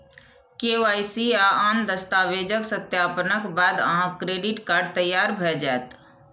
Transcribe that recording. KYC आ आन दस्तावेजक सत्यापनक बाद अहांक क्रेडिट कार्ड तैयार भए जायत